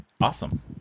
awesome